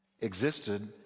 Existed